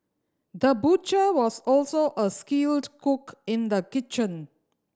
the butcher was also a skilled cook in the kitchen